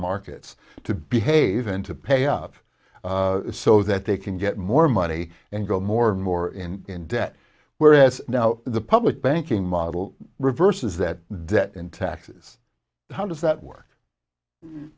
markets to behave and to pay up so that they can get more money and go more and more in debt whereas now the public banking model reverses that debt and taxes how does